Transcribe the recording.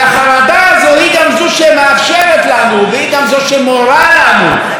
גם זו שמורה לנו לשמור על חופש הביטוי.